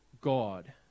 God